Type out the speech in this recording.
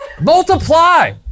Multiply